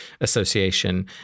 association